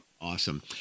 Awesome